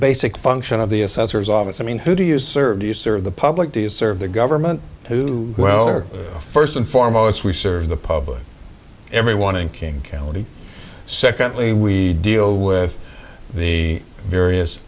basic function of the assessor's office i mean who do you serve to serve the public to serve the government who well are first and foremost we serve the public everyone in king county secondly we deal with the various